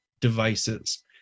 devices